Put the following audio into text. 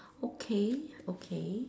okay okay